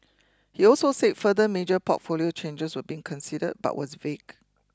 he also said further major portfolio changes were being considered but was vague